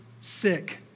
sick